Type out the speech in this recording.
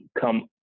come